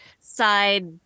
side